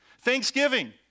Thanksgiving